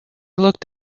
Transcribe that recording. looked